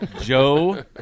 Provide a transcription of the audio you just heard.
joe